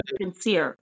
sincere